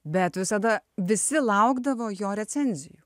bet visada visi laukdavo jo recenzijų